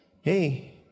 Hey